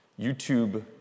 YouTube